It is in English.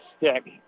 stick